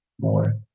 more